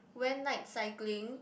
went night cycling